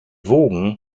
wogen